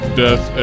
death